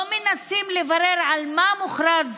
לא מנסים לברר על מה מוכרז